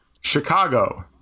Chicago